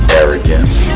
arrogance